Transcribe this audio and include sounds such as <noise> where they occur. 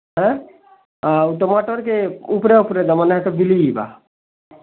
ଏଁ ଆଉ ଟମାଟର୍ କେ ଉପ୍ରେ ଉପ୍ରେ ଦବ ନାଇଁ ତ <unintelligible> ଯିବା